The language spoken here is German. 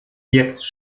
jetzt